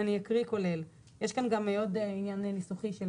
אני אקריא כולל, יש כאן גם עוד עניין ניסוחי.